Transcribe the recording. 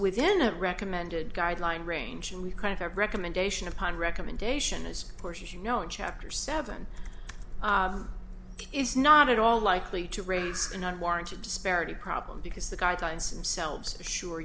within a recommended guideline range and we kind of have recommendation upon recommendation as pushes you know in chapter seven is not at all likely to raise an unwarranted disparity problem because the guidelines and selves sure